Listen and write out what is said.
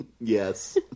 Yes